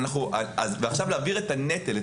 להעביר את הנטל,